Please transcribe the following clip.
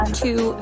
two